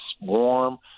warm